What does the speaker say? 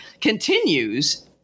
continues